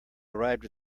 arrived